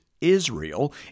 Israel